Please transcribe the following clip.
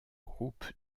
groupe